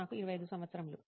నాకు 25 సంవత్సరములు